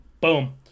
Boom